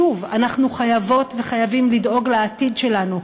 שוב, אנחנו חייבות וחייבים לדאוג לעתיד שלנו: